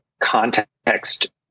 context